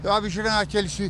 amžiną atelsį